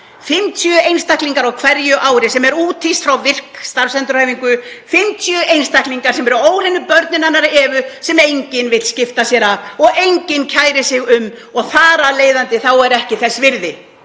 50 einstaklingar á hverju ári sem er úthýst frá VIRK starfsendurhæfingu, 50 einstaklingar sem eru óhreinu börnin hennar Evu sem enginn vill skipta sér af og enginn kærir sig um. Þar af leiðandi er ekki þess virði,